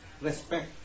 Respect